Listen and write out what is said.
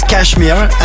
Cashmere